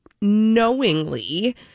knowingly